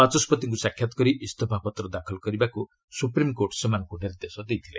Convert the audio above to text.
ବାଚସ୍କତିଙ୍କୁ ସାକ୍ଷାତ୍ କରି ଇସ୍ତଫା ପତ୍ର ଦାଖଲ କରିବାକୁ ସୁପ୍ରିମ୍କୋର୍ଟ ସେମାନଙ୍କୁ ନିର୍ଦ୍ଦେଶ ଦେଇଥିଲେ